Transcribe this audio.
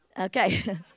Okay